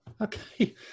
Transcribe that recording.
Okay